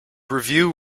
review